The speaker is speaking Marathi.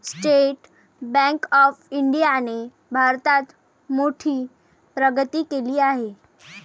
स्टेट बँक ऑफ इंडियाने भारतात मोठी प्रगती केली आहे